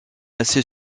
assez